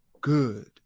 good